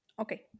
okay